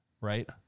right